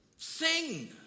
sing